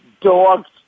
dogs